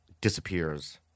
disappears